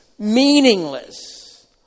Meaningless